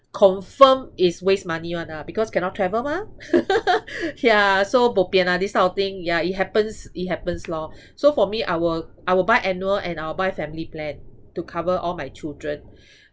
confirm it's waste money [one] lah because cannot travel mah yeah so bo pian ah this type of thing yeah it happens it happens lor so for me I will I will buy annual and I will buy family plan to cover all my children